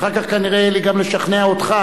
אחר כך כנראה יהיה לי גם לשכנע אותך.